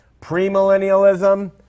Premillennialism